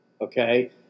Okay